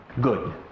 good